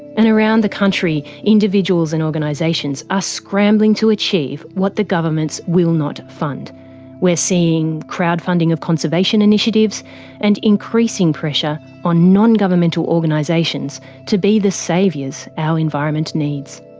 and around the country, individuals and organisations are scrambling to achieve what the governments will not fund we're seeing crowdfunding of conservation initiatives and increasing pressure on non-governmental organisations to be the saviours our environment needs.